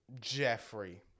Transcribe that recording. Jeffrey